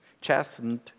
chastened